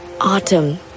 autumn